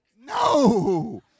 No